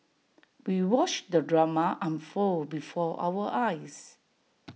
we watched the drama unfold before our eyes